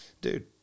Dude